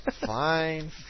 Fine